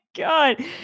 god